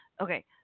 okay